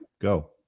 go